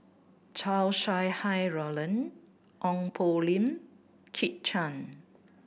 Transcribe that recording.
Chow Sau Hai Roland Ong Poh Lim Kit Chan